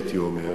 הייתי אומר,